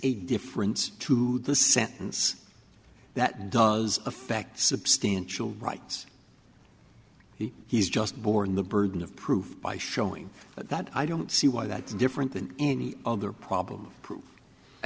a difference to the sentence that does affect substantial rights he he's just borne the burden of proof by showing that i don't see why that's different than any other problem i